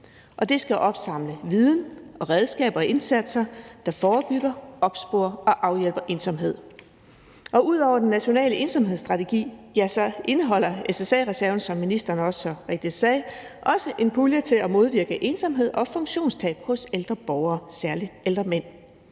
Det skal opsamle viden og redskaber og indsatser, der forebygger, opsporer og afhjælper ensomhed. Ud over den nationale ensomhedsstrategi indeholder SSA-reserven, som ministeren så rigtigt sagde, også en pulje til at modvirke ensomhed og funktionstab hos ældre borgere, særlig ældre mænd.